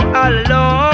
alone